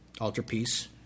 altarpiece